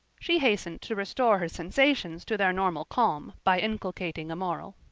she hastened to restore her sensations to their normal calm by inculcating a moral.